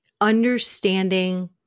understanding